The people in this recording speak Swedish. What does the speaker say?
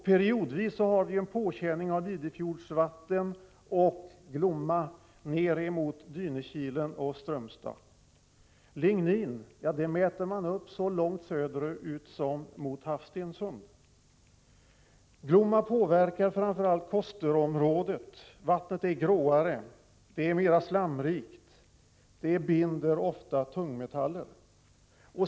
Periodvis har vi i Dynekilen och Strömstad påkänning av vatten från Idefjorden och Glomma. Halter av lignin mäts upp så långt söderut som vid Havsstensund. Glomma påverkar framför allt Kosterområdet. Vattnet där är gråare, mer slamrikt och binder ofta tungmetaller.